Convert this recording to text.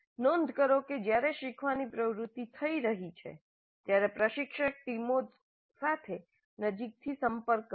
નોંધ કરો કે જ્યારે શીખવાની પ્રવૃત્તિ થઈ રહી છે ત્યારે પ્રશિક્ષક ટીમો સાથે નજીકથી સંપર્કમાં છે